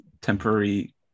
temporary